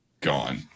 Gone